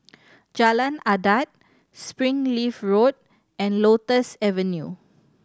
Jalan Adat Springleaf Road and Lotus Avenue